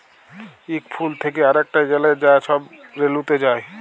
ইক ফুল থ্যাকে আরেকটয় গ্যালে যা ছব রেলুতে যায়